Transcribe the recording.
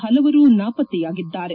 ಹಲವರು ನಾಪತ್ತೆಯಾಗಿದ್ದಾರೆ